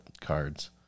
cards